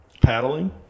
Paddling